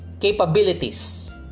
capabilities